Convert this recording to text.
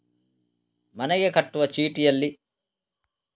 ಮನೆಗೆ ಕಟ್ಟುವ ಚೀಟಿಯಲ್ಲಿ ಏನಾದ್ರು ದೋಷ ಕಂಡು ಬಂದರೆ ಯಾರನ್ನು ಕಾಣಬೇಕು?